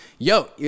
Yo